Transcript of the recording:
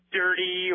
dirty